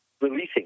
releasing